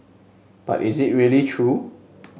but is it really true